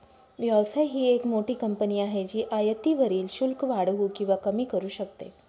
व्यवसाय ही एक मोठी कंपनी आहे जी आयातीवरील शुल्क वाढवू किंवा कमी करू शकते